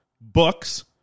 books